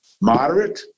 moderate